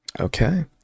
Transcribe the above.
okay